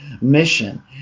mission